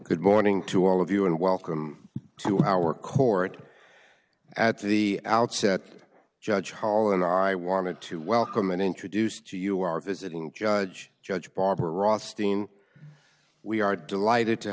good morning to all of you and welcome to our court at the outset judge hall and i wanted to welcome and introduce to you are visiting judge judge barbara rothstein we are delighted to